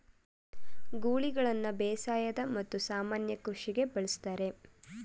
ಗೂಳಿಗಳನ್ನು ಬೇಸಾಯದ ಮತ್ತು ಸಾಮಾನ್ಯ ಕೃಷಿಗೆ ಬಳಸ್ತರೆ